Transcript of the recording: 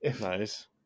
Nice